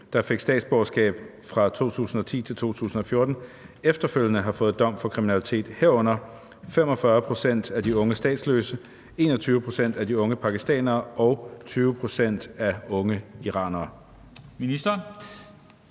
der fik statsborgerskab fra 2010 til 2014, efterfølgende har fået en dom for kriminalitet, herunder 45 pct. af de unge statsløse, 21 pct. af unge pakistanere og 20 pct. af unge iranere?